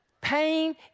Pain